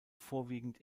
vorwiegend